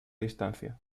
distancia